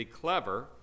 clever